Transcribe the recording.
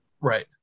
Right